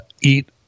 eat